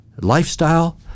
lifestyle